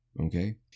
Okay